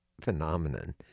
phenomenon